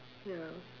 ya